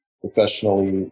professionally